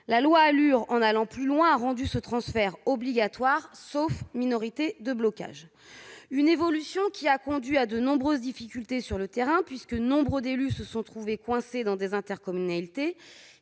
La loi ALUR, en allant plus loin, a rendu ce transfert obligatoire, sauf minorité de blocage. Cette évolution a entraîné de nombreuses difficultés sur le terrain, puisque nombre d'élus se sont trouvés coincés dans des intercommunalités